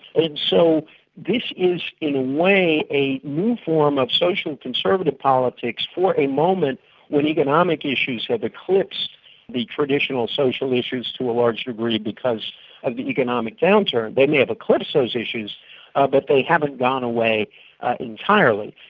and so this is in a way a new form of social conservative politics for a moment when economic issues have eclipsed the traditional social issues to a large degree because of the economic downturn. they may have eclipsed those issues but they haven't gone away entirely.